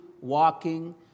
walking